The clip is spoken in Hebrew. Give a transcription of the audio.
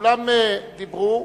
שכולם דיברו,